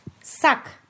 suck